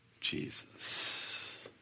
Jesus